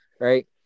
right